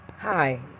Hi